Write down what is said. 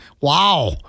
Wow